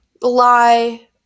lie